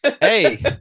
hey